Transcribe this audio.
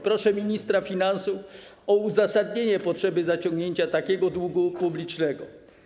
Proszę ministra finansów o uzasadnienie potrzeby zaciągnięcia takiego długu publicznego.